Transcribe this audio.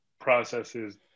processes